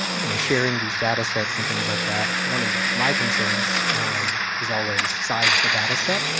you know, sharing these data sets and things like that, one of my concerns is always size of the data set.